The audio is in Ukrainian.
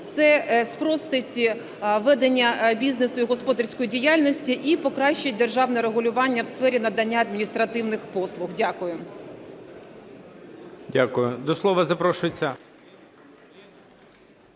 Це спростить ведення бізнесу і господарської діяльності і покращить державне регулювання у сфері надання адміністративних послуг. Дякую.